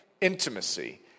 intimacy